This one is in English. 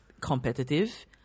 competitive